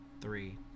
three